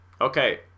Okay